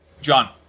John